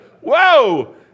whoa